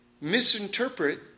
misinterpret